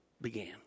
began